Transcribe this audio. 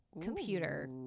computer